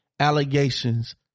allegations